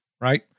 right